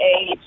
age